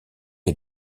est